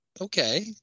Okay